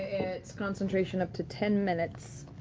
it's concentration up to ten minutes,